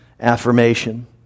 affirmation